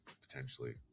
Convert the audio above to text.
potentially